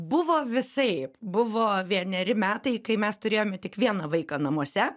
buvo visaip buvo vieneri metai kai mes turėjome tik vieną vaiką namuose